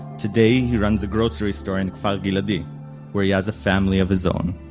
today he runs a grocery store in kfar giladi where he has a family of his own